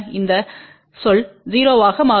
இந்த சொல் 0 ஆக மாறும்